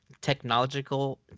technological